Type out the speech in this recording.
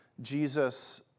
Jesus